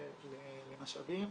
למשאבים,